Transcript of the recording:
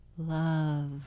love